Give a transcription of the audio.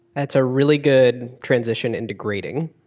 it's a really good transition in the grading.